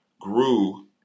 grew